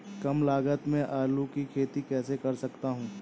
कम लागत में आलू की खेती कैसे कर सकता हूँ?